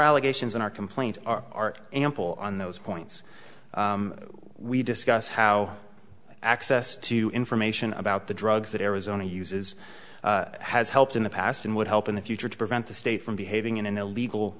allegations in our complaint are ample on those points we discuss how access to information about the drugs that arizona uses has helped in the past and would help in the future to prevent the state from behaving in an illegal